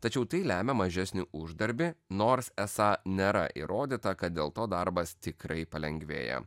tačiau tai lemia mažesnį uždarbį nors esą nėra įrodyta kad dėl to darbas tikrai palengvėja